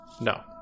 No